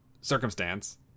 circumstance